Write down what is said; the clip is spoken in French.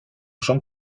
jean